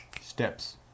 steps